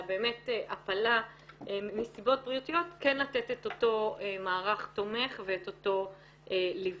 באמת הפלה מסיבות בריאותיות כן לתת את אותו מערך תומך ואת אותו ליווי.